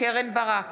קרן ברק,